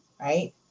right